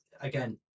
again